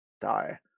die